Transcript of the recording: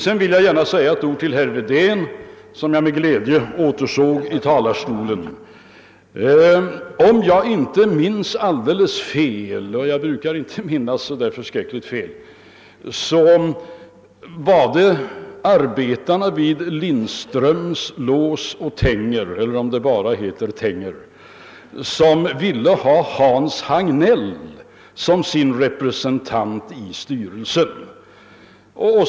Jag vill säga några ord till herr Wedén som jag med glädje återsåg i talarstolen. .Om jag inte minns alldeles fel — jag brukar inte minnas så förskräckligt fel — var det arbetarna vid Lindströms lås och tänger — eller om det bara heter tänger — som ville ha Hans Hagnell som sin representant i styrelsen.